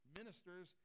ministers